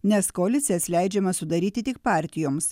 nes koalicijas leidžiama sudaryti tik partijoms